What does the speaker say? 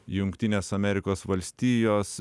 jungtinės amerikos valstijos